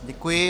Děkuji.